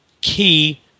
key